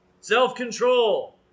Self-control